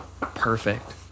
perfect